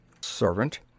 Servant